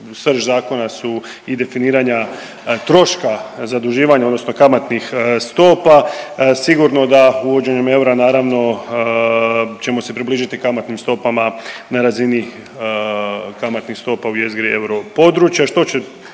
srž zakona su i definiranja troška zaduživanja odnosno kamatnih stopa, sigurno da uvođenjem eura, naravno ćemo se približiti kamatnim stopama na razini kamatnih stopa u jezgri euro,